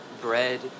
bread